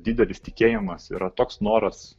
didelis tikėjimas yra toks noras